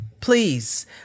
please